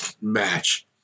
match